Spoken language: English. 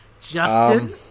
Justin